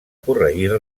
corregir